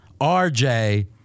RJ